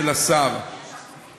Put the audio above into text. בצורה